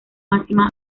máxima